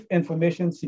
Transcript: Information